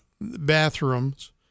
bathrooms